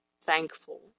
thankful